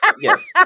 Yes